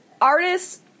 artists